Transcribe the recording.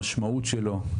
המשמעות שלו.